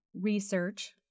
research